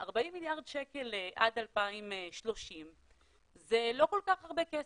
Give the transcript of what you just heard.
40 מיליארד שקל עד 2030 זה לא כל כך הרבה כסף.